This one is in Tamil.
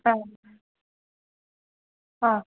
ஆ ஆ